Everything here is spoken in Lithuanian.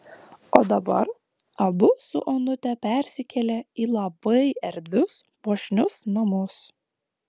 o dabar abu su onute persikėlė į labai erdvius puošnius namus